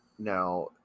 Now